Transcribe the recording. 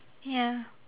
ya